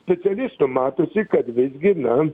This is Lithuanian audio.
specialistu matosi kad visgi na